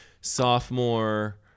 sophomore